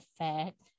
effect